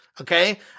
Okay